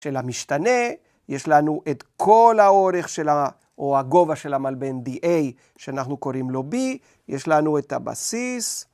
של המשתנה, יש לנו את כל האורך של ה... או הגובה של המלבן DA שאנחנו קוראים לו B, יש לנו את הבסיס,